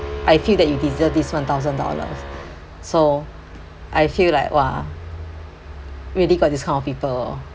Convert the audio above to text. I feel that you deserve this one thousand dollars so I feel like !wah! really got this kind of people loh